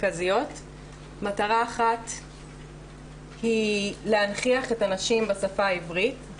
מרכזיות: מטרה אחת היא להנכיח את הנשים בשפה העברית,